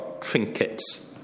trinkets